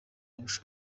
ubu